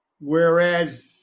whereas